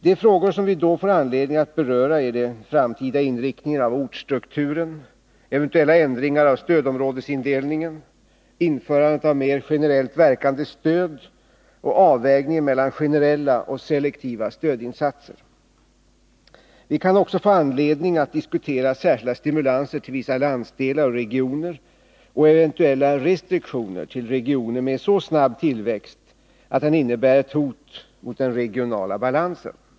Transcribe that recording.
De frågor som vi då får anledning att beröra är den framtida inriktningen av ortsstrukturen, eventuella ändringar av stödområdesindelningen, införandet av mer generellt verkande stöd och avvägningen mellan generella och selektiva stödinsatser. Vi kan också få anledning att diskutera särskilda stimulanser till vissa landsdelar och regioner och eventuella restriktioner för regioner med så snabb tillväxt att den innebär ett hot mot den regionala balansen.